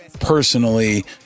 personally